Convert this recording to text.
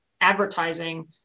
advertising